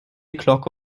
glocke